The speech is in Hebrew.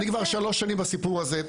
אני כבר שלוש שנים בסיפור הזה.